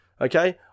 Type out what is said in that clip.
Okay